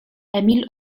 emil